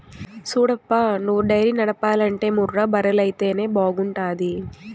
సూడప్పా నువ్వు డైరీ నడపాలంటే ముర్రా బర్రెలైతేనే బాగుంటాది